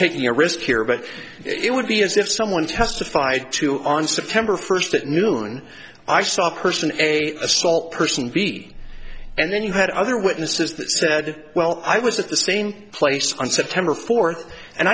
taking a risk here but it would be as if someone testified to on september first at noon i saw a person a assault person b and then you had other witnesses that said well i was at the same place on september fourth and